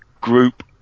group